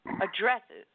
addresses